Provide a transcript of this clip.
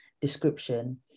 description